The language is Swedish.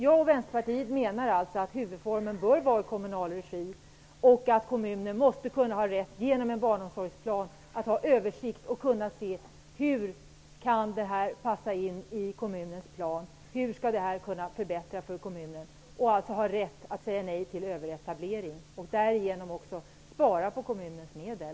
Jag och Vänsterpartiet menar alltså att huvudformen bör vara kommunal regi och att kommunen genom en barnomsorgsplan måste kunna ha översikt och se hur barnomsorgen passar in i kommunens plan, hur den kan förbättra för kommunen. Därmed skall kommunen ha rätt att säga nej till överetablering och därigenom kunna spara på kommunens medel.